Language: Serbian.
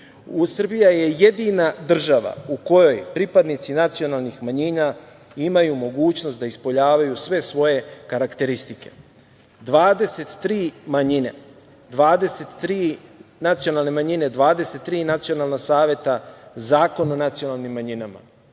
Srbiji. Srbija je jedina država u kojoj pripadnici nacionalnih manjina imaju mogućnost da ispoljavaju sve svoje karakteristike. Imamo 23 nacionalne manjine, 23 nacionalna saveta, Zakon o nacionalnim manjinama.